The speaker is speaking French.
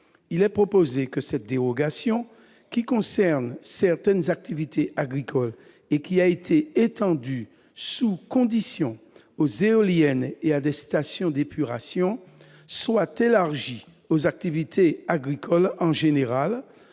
Il est proposé que cette dérogation, qui concerne certaines activités agricoles et qui a été étendue sous conditions aux éoliennes et à des stations d'épuration, soit élargie aux activités agricoles en général,